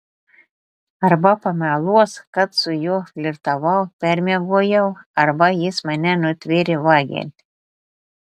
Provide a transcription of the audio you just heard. arba pameluos kad su juo flirtavau permiegojau arba jis mane nutvėrė vagiant